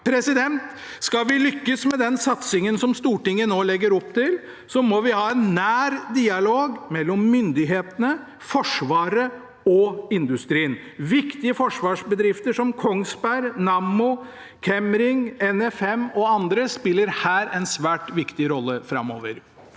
Ukraina. Skal vi lykkes med den satsingen som Stortinget nå legger opp til, må vi ha en nær dialog mellom myndighetene, Forsvaret og industrien. Viktige forsvarsbedrifter som Kongsberg, Nammo, Chemring, NFM og andre spiller her en svært viktig rolle framover.